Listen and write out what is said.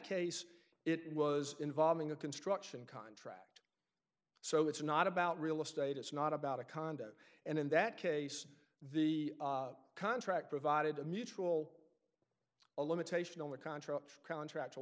case it was involving a construction con so it's not about real estate it's not about a condo and in that case the contract provided a mutual a limitation on the contract contract al